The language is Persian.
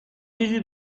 چیزی